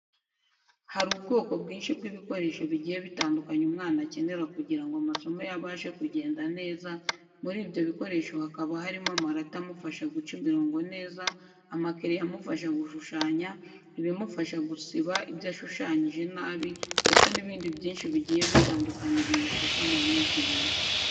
Hari ubwoko bwinshi bw’ibikoresho bigiye bitandukanye umwana akenera kugira ngo amasomo ye abashe kugenda neza, muri ibyo bikoresho hakaba harimo amarati amufasha guca imirongo neza, amakereyo amufasha gushushanya, ibimufasha gusiba ibyo ashushanyije nabi ndetse n’ibindi byinshi bigiye bitandukanye bimufasha mu myigire ye.